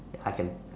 ya I can